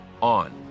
on